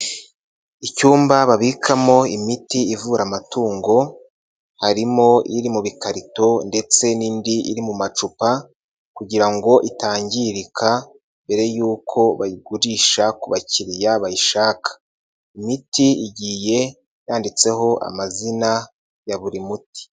Icyumba babikamo imiti ivura amatungo, harimo iri mu bikarito ndetse n'indi iri mu macupa kugira ngo itangirika mbere y'uko bayigurisha ku bakiriya bayishaka. Imiti igiye yanditseho amazina ya buri muti.